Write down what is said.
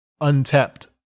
untapped